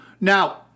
Now